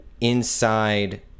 inside